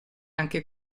anche